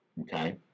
Okay